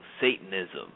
Satanism